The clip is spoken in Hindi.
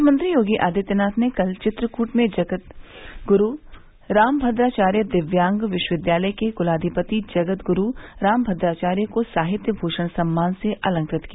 मुख्यमंत्री योगी आदित्यनाथ ने कल चित्रकृट में जगत ग्रू रामभद्राचार्य दिव्यांग विश्वविद्यालय के क्लाधिपति जगत ग्रू रामभद्राचार्य को साहित्य भूषण सम्मान से अलंकृत किया